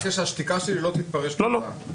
שהשתיקה שלי לא תתפרש כהודאה.